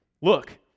Look